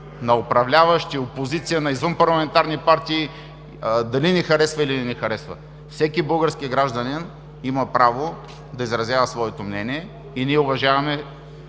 на управляващи, на опозиция, на извънпарламентарни партии, дали ни харесва, или не ни харесва. Всеки български гражданин има право да изразява своето мнение и ние уважаваме